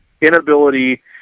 inability